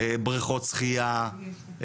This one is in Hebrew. בריכות שחיה,